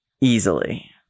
easily